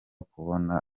kubona